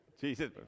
Jesus